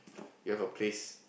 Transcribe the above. you have a place